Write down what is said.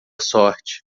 sorte